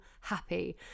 happy